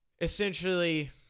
Essentially